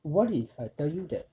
what if I tell you that